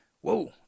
Whoa